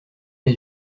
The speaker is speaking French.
les